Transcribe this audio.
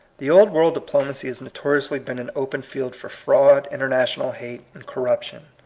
the old world diplomacy has notoriously been an open field for fraud, international hate, and corruption.